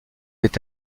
est